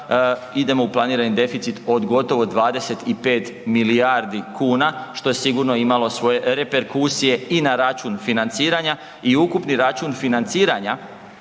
idemo u planirani deficit od gotovo 25 milijardi kuna, što je sigurno imali svoje reperkusije i na račun financiranja i ukupni račun financiranja